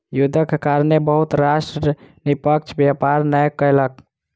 युद्धक कारणेँ बहुत राष्ट्र निष्पक्ष व्यापार नै कयलक